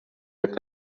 jak